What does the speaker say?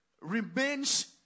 remains